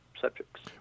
subjects